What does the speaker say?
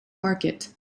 market